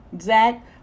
zach